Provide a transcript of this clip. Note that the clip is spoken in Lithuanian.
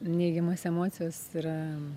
neigiamos emocijos yra